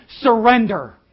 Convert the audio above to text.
surrender